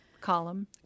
Column